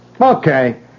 okay